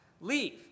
leave